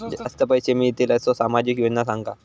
जास्ती पैशे मिळतील असो सामाजिक योजना सांगा?